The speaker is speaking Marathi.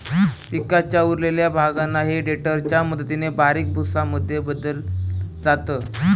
पिकाच्या उरलेल्या भागांना हे टेडर च्या मदतीने बारीक भुसा मध्ये बदलल जात